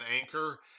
Anchor